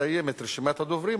מסתיימת רשימת הדוברים,